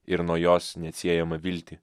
ir nuo jos neatsiejamą viltį